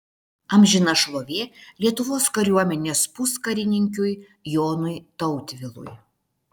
amžina šlovė lietuvos kariuomenės puskarininkiui jonui tautvilui